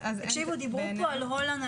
דיברו כאן על הולנד,